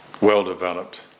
well-developed